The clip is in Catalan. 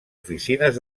oficines